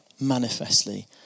manifestly